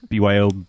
byo